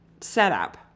setup